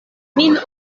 min